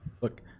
Look